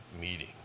meeting